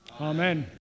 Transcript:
Amen